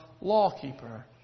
law-keeper